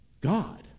God